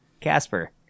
Casper